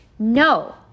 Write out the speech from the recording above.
No